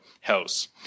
House